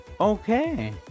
Okay